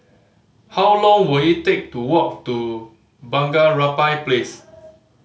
how long will it take to walk to Bunga Rampai Place